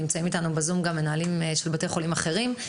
נמצאים איתנו ב-זום גם מנהלים של בתי חולים אחרים.